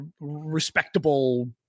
respectable